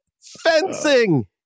Fencing